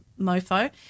Mofo